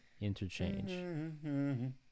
interchange